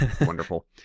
wonderful